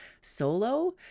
solo